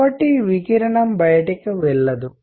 కాబట్టి వికిరణం బయటకు వెళ్ళదు